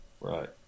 Right